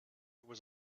there